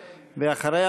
ואחריה,